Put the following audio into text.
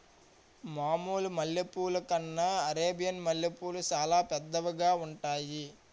మామూలు మల్లె పువ్వుల కన్నా అరేబియన్ మల్లెపూలు సాలా పెద్దవిగా ఉంతాయి